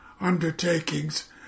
undertakings